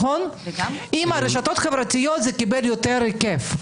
עם הרשתות החברתיות זה קיבל יותר היקף.